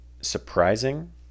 surprising